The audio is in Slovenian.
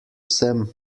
sem